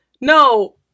No